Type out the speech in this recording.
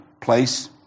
place